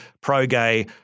pro-gay